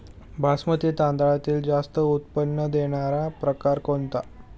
बासमती तांदळातील जास्त उत्पन्न देणारा प्रकार कोणता?